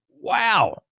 wow